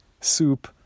soup